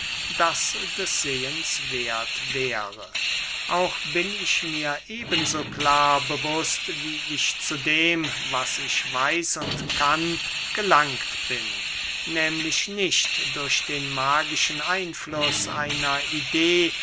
das des sehens werth wäre auch bin ich mir eben so klar bewußt wie ich zu dem was ich weiß und kann gelangt bin nehmlich nicht durch den magischen einfluß einer idee